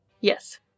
Yes